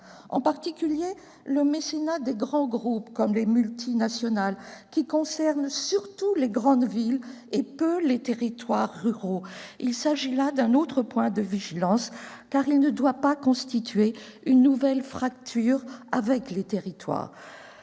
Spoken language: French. En effet, le mécénat des grands groupes comme celui des multinationales concerne surtout les grandes villes et peu les territoires ruraux : il s'agit là d'un autre point de vigilance, car il ne doit pas constituer une nouvelle fracture entre territoires.